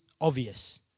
obvious